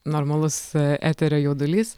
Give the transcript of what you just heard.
normalus eterio jaudulys